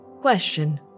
Question